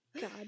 God